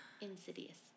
Insidious